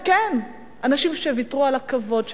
כן, אנשים שוויתרו על הכבוד שלהם,